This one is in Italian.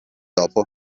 dopo